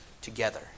Together